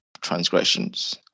transgressions